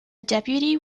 deputy